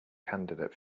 candidate